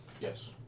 Yes